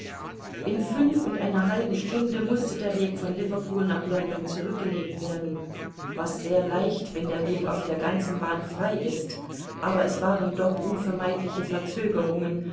in fünf und einer halben stunde mußte der weg von liverpool nach london zurückgelegt werden was sehr leicht wenn der weg auf der ganzen bahn frei ist aber es waren doch unvermeidliche verzögerungen